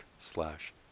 slash